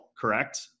correct